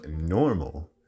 normal